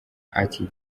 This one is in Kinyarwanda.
ati